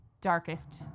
darkest